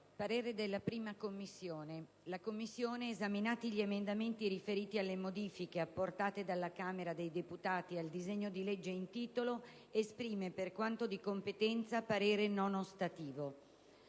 «La 1a Commissione permanente, esaminati gli emendamenti riferiti alle modifiche apportate dalla Camera dei deputati al disegno di legge in titolo, esprime, per quanto di competenza, parere non ostativo».